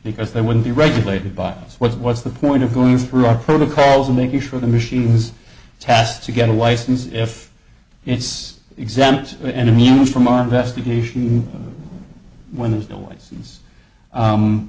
because they wouldn't be regulated by what's what's the point of going through our protocols and making sure the machine was tasked to get a license if it's exempt and immune from our investigation when there's no way